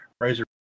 Razor